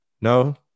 No